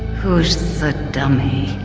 who's the dummy?